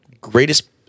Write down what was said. greatest